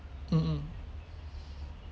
mm mm